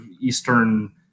Eastern